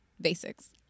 basics